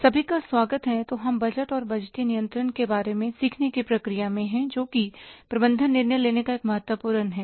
सभी का स्वागत है तो हम बजट और बजटीय नियंत्रण के बारे में सीखने की प्रक्रिया में हैं जो कि प्रबंधन निर्णय लेने का एक महत्वपूर्ण है